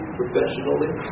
professionally